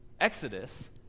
Exodus